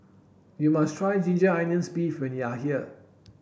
you must try ginger onions beef when you are here